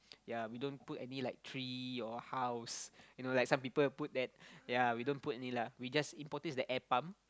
ya we don't put any like tree or house you know like some people put that ya we don't put any lah we just important is the air pump